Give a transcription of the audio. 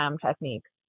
techniques